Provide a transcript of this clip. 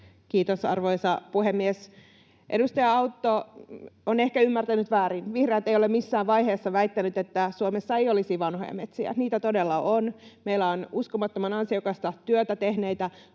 Kiitos, arvoisa puhemies! Edustaja Autto on ehkä ymmärtänyt väärin. Vihreät eivät ole missään vaiheessa väittäneet, että Suomessa ei olisi vanhoja metsiä — niitä todella on. Meillä on uskomattoman ansiokasta työtä tehneitä